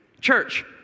Church